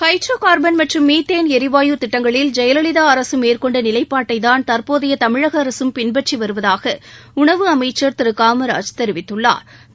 hydrocarbon மற்றும் மீத்தேன் எரிவாயு திட்டங்களில் ஜெயலலிதா அரசு மேற்கொண்ட நிலைப்பாட்டைதான் தற்போதைய தமிழக அரசும் பின்பற்றி வருவதாக உணவு அமைச்சர் திரு காமராஜ் தெரிவித்துள்ளா்